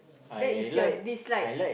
that is your dislike